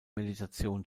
meditation